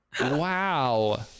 Wow